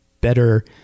better